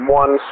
one